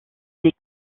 des